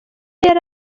yari